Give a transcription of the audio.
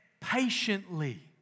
patiently